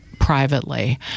privately